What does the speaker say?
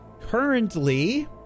currently